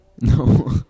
no